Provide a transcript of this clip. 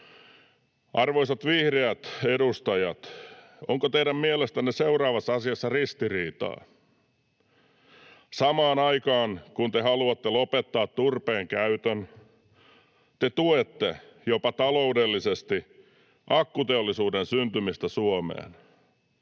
Arvoisat vihreät edustajat, onko teidän mielestänne seuraavassa asiassa ristiriitaa: Samaan aikaan kun te haluatte lopettaa turpeen käytön, te tuette jopa taloudellisesti akkuteollisuuden syntymistä Suomeen.